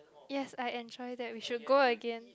yes I enjoy that we should go again